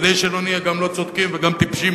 כדי שלא נהיה גם לא צודקים וגם טיפשים,